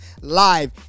live